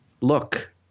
look